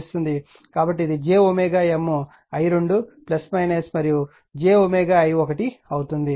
కాబట్టి ఇది j M i2 మరియు j M i1 అవుతుంది